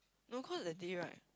no cause that day right